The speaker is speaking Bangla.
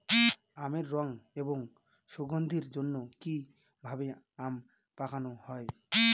আমের রং এবং সুগন্ধির জন্য কি ভাবে আম পাকানো হয়?